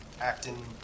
acting